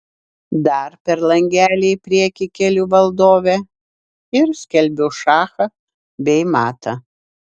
dar per langelį į priekį keliu valdovę ir skelbiu šachą bei matą